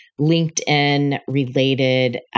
LinkedIn-related